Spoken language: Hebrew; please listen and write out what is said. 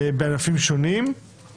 בשבוע שעבר ביקשנו להחריג את המחוסנים